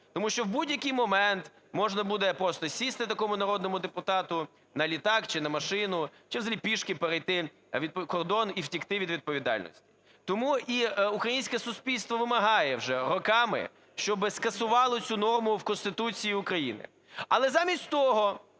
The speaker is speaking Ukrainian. Тому що в будь-який момент можна буде просто сісти такому народному депутату на літак чи на машину, чи взагалі пішки перейти кордон і втекти від відповідальності. Тому і українське суспільство вимагає вже роками, щоб скасували цю норму в Конституції України.